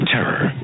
Terror